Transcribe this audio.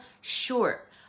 short